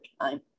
time